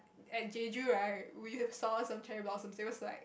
at Jeju right we have saws some cherry blossom they was right